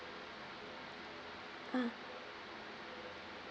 ah